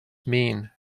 mean